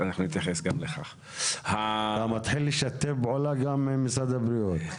אתה מתחיל לשתף פעולה עם משרד הבריאות.